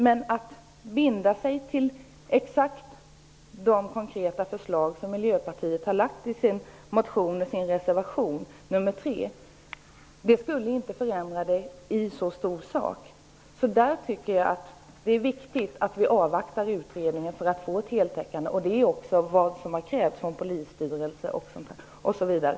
Men att binda sig för exakt de konkreta förslag som Miljöpartiet lägger fram i sin motion och i reservation 3 skulle inte i sak medverka till någon större förändring. Där tycker jag alltså att det är viktigt att avvakta utredningen. Det gäller ju att få en heltäckande lagstiftning. Detta har också krävts av Rikspolisstyrelsen osv.